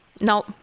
no